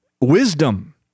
wisdom